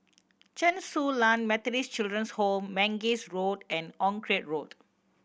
Chen Su Lan Methodist Children's Home Mangis Road and Onraet Road